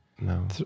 No